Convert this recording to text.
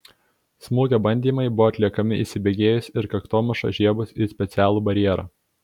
smūgio bandymai buvo atliekami įsibėgėjus ir kaktomuša žiebus į specialų barjerą